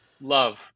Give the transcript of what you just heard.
love